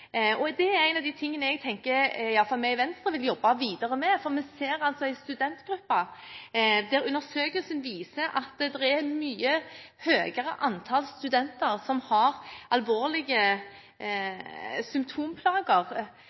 SHoT-undersøkelsen. Det er en av de tingene jeg tenker i alle fall vi i Venstre vil jobbe videre med. Undersøkelsen viser at det er et mye høyere antall studenter som har alvorlige psykiske symptomplager.